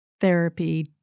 Therapy